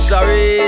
Sorry